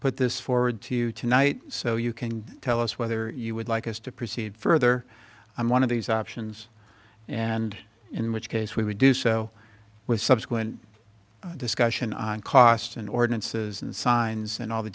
put this forward to tonight so you can tell us whether you would like us to proceed further i'm one of these options and in which case we would do so with subsequent discussion on costs and ordinances and signs and all the